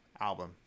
album